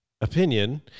opinion